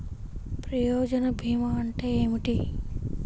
ప్రయోజన భీమా అంటే ఏమిటి?